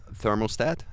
thermostat